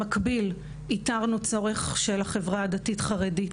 במקביל איתרנו צורך של החברה הדתית-חרדית,